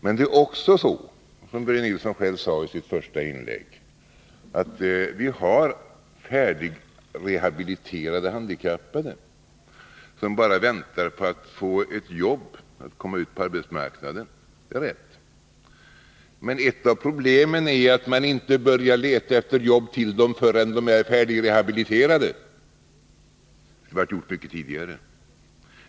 Men det är också på det sättet, som Börje Nilsson själv så riktigt sade i sitt första inlägg, att vi har färdigrehabiliterade handikappade som bara väntar på att få ett jobb, på att få komma ut på arbetsmarknaden. Men ett av problemen är att man inte börjar leta efter jobb åt dem förrän de är färdigrehabiliterade. Det skulle ha gjorts mycket tidigare.